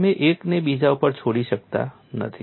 તમે એકને બીજા ઉપર છોડી શકતા નથી